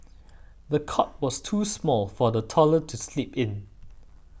the cot was too small for the toddler to sleep in